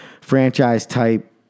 franchise-type